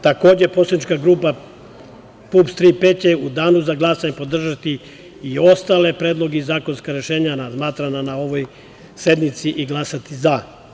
Takođe, poslanička grupa PUPS - „Tri P“ će u danu za glasanje podržati i ostale predloge i zakonska rešenja razmatrana na ovoj sednici i glasati za.